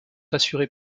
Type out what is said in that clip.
assurés